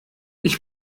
ich